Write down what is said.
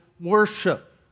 worship